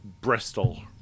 Bristol